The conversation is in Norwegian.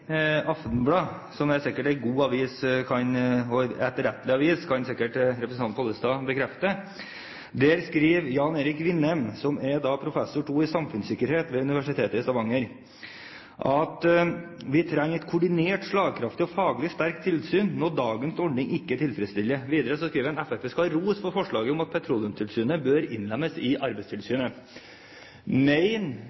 Aftenblad, som sikkert er en god og etterrettelig avis – det kan sikkert Pollestad bekrefte – skriver Jan Erik Vinnem, som er professor II i samfunnssikkerhet ved Universitet i Stavanger, at vi «trenger et koordinert, slagkraftig og faglig sterkt tilsyn når dagens ordning ikke tilfredsstiller». Videre skriver han at Fremskrittspartiet skal ha «ros for at forslaget om Petroleumstilsynet bør innlemmes i